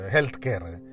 Healthcare